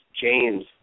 James